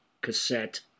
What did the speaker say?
Cassette